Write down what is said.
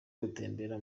gutembera